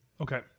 Okay